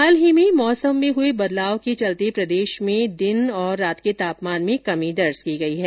हाल ही में मौसम में हुए बदलाव के चलते प्रदेश में दिन के तापमान में कमी दर्ज की गई है